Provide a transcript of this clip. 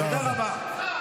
תודה רבה.